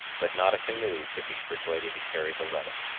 but not a canoe could be persuaded to carry the letter.